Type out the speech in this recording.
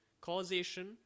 causation